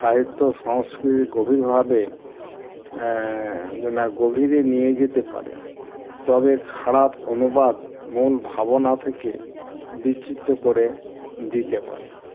সাহিত্য সংস্কৃতি গভীরভাবে না গভীরে নিয়ে যেতে পারে তবে খারাপ অনুবাদ মূল ভাবনা থেকে বিচিত্র করে দিতে পারে